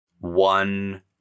one